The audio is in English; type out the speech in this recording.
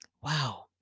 Wow